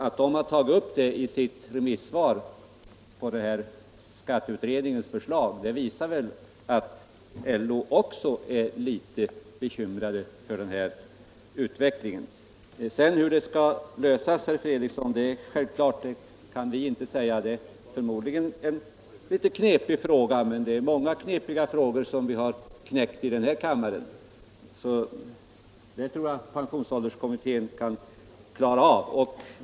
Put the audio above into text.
Att LO har tagit upp detta i sitt remissyttrande över skatteutredningens förslag visar väl att också LO är litet bekymrad över denna utveckling. Hur problemet sedan skall lösas, herr Fredriksson, kan vi inte säga. Det är förmodligen en något knepig fråga. Men vi har knäckt många knepiga frågor i kammaren, och jag tror att pensionsålderskommittén kan klara den uppgiften.